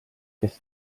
kes